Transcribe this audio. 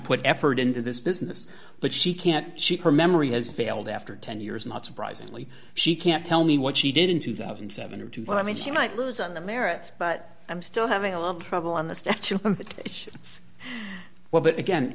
put effort into this business but she can't she her memory has failed after ten years not surprisingly she can't tell me what she did in two thousand and seven or two but i mean she might lose on the merits but i'm still having a lot of trouble on the step too well but again